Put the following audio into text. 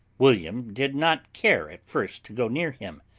william did not care at first to go near him,